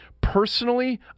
Personally